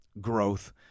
growth